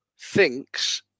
thinks